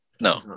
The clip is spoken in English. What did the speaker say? no